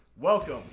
Welcome